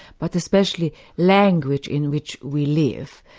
but especially language in which we live.